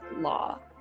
law